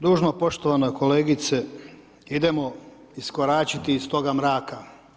Dužno poštovana kolegice idemo iskoračiti iz toga mraka.